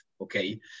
okay